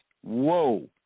Whoa